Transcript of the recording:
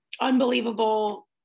unbelievable